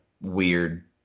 weird